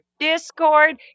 discord